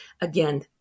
Again